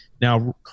Now